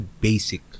basic